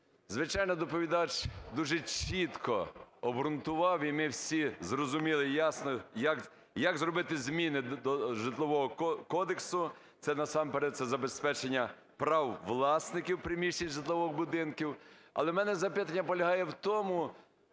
Звичайно, доповідач дуже чітко обґрунтував, і ми всі зрозуміло ясно, як зробити зміни до Житлового кодексу, це, насамперед, це забезпечення прав власників приміщень житлових будинків. Але в мене запитання полягає в тому,